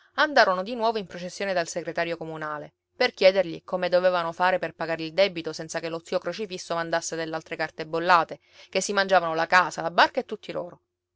andarono di nuovo in processione dal segretario comunale per chiedergli come dovevano fare per pagare il debito senza che lo zio crocifisso mandasse dell'altre carte bollate che si mangiavano la casa la barca e tutti loro